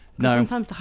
No